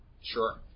Sure